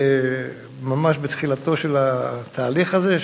ממש בתחילתו של התהליך הזה,